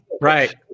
right